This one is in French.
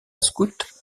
scouts